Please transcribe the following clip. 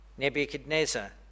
Nebuchadnezzar